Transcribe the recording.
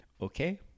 okay